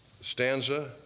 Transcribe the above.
stanza